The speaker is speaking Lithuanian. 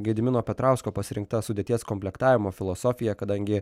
gedimino petrausko pasirinkta sudėties komplektavimo filosofija kadangi